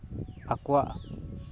ᱟᱠᱚᱣᱟᱜ